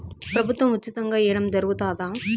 ప్రభుత్వం ఉచితంగా ఇయ్యడం జరుగుతాదా?